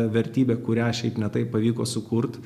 vertybė kurią šiaip ne taip pavyko sukurt